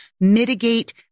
mitigate